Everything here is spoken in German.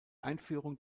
einführung